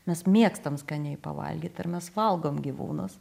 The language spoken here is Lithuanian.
mes mėgstam skaniai pavalgyt ir mes valgom gyvūnus